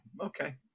okay